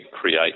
create